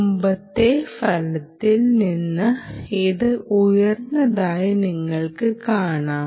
മുമ്പത്തെ ഫലത്തിൽ നിന്ന് ഇത് ഉയർന്നതായി നിങ്ങൾക്ക് കാണാം